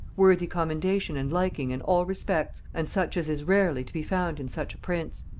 worthy commendation and liking in all respects, and such as is rarely to be found in such a prince.